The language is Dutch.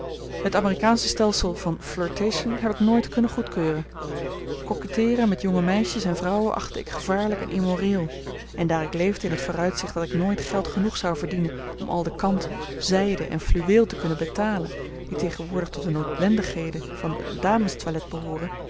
het amerikaansche stelsel van flirtation heb ik nooit kunnen goedkeuren coquetteeren met jonge meisjes en vrouwen achtte ik gevaarlijk en immoreel en daar ik leefde in het vooruitzicht dat ik nooit geld genoeg zou verdienen om al de kant zijde en fluweel te kunnen betalen die tegenwoordig tot de noodwendigheden van een damestoilet behooren